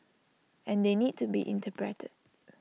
and they need to be interpreted